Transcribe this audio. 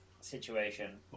situation